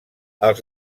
els